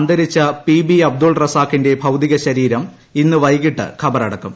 അന്തരിച്ച M L A Abdul റസാഖിന്റെ ഭൌതികശരീരം പി ബി ഇന്ന് വൈകിട്ട് ഖബറടക്കും